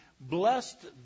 blessed